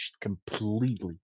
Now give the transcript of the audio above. completely